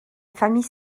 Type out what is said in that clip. famille